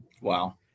Wow